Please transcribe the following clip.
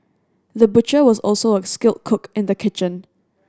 the butcher was also a skilled cook in the kitchen